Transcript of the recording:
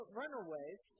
runaways